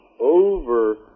over